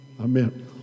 amen